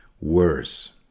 worse